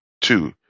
Two